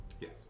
Yes